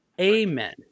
Amen